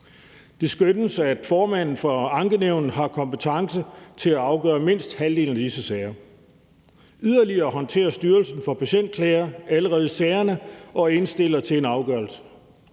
Det skønnes, at formanden for ankenævnet har kompetence til at afgøre mindst halvdelen af disse sager. Yderligere håndterer Styrelsen for Patientklager allerede sagerne og indstiller til en afgørelse.